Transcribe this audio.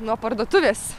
nuo parduotuvės